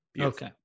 Okay